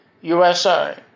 USA